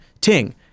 Ting